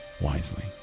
Wisely